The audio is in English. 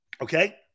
Okay